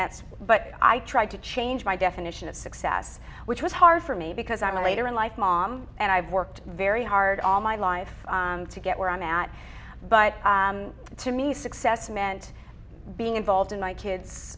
that's but i tried to change my definition of success which was hard for me because i'm a later in life mom and i've worked very hard all my life to get where i'm at but to me success meant being involved in my kids